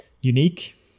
unique